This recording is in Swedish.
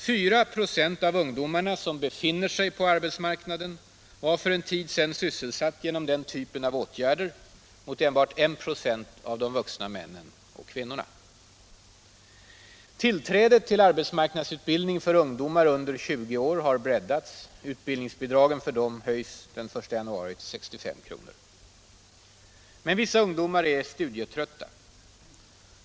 4 26 av ungdomarna som befinner sig på arbetsmarknaden var för en tid sedan sysselsatta genom den typen av åtgärder mot enbart I 26 av de vuxna männen och kvinnorna. 61 Om åtgärder för att lösa ungdomens sysselsättningsproblem Om åtgärder för att lösa ungdomens sysselsättningsproblem Men vissa ungdomar är studietrötta.